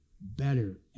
better